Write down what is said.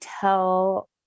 tell